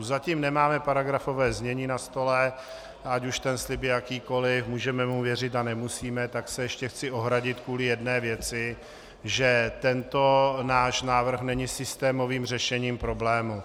Zatím nemáme paragrafované znění na stole, ať už ten slib je jakýkoli, můžeme mu věřit a nemusíme, tak se ještě chci ohradit kvůli jedné věci, že tento náš návrh není systémovým řešením problému.